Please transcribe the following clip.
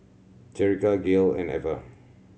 Jerica Gale and Ever